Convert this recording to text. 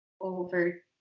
over